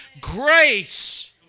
grace